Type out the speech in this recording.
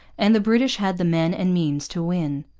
and the british had the men and means to win.